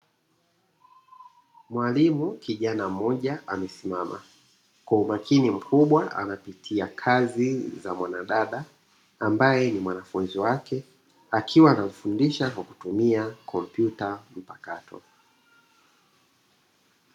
Mwalimu kijana mmoja amesimama kwa umakini mkubwa anapitia kazi za mwanadada ambaye ni mwanafunzi wake akiwa anamfundisha kwa kutumia kompyuta mpakato.